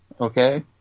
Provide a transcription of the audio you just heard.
okay